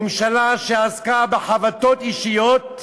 ממשלה שעסקה בחבטות אישיות,